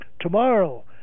Tomorrow